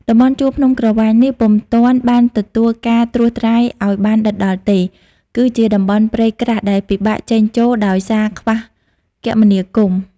តំបន់ជួរភ្នំក្រវាញនេះ ពុំទាន់បានទទួលការត្រួសត្រាយអោយបានដិតដល់ ទេ គឺជាតំបន់ព្រៃក្រាស់ដែលពិបាកចេញចូលដោយសារខ្វះគមនាគមន៍ ។